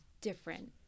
different